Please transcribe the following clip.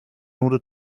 order